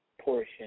portion